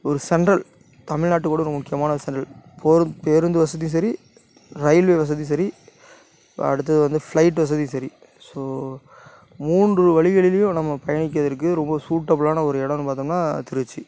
ஒரு சென்ட்ரல் தமிழ் நாட்டுக்கு ஒரு முக்கியமான சென்ட்ரல் பேருந்து வசதியும் சரி ரயில்வே வசதியும் சரி இப்போ அடுத்தது வந்து ஃபிளைட் வசதியும் சரி ஸோ மூன்று வழிகளிலேயும் நம்ம பயணிக்கிறதுக்கு ரொம்ப சூட்டபிலான ஒரு எடன்னு பார்த்தோம்னா அது திருச்சி